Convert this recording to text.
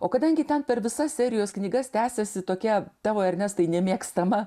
o kadangi ten per visas serijos knygas tęsiasi tokia tavo ernestai nemėgstama